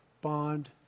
bond